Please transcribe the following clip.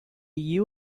you